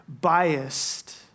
biased